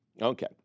Okay